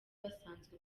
basanzwe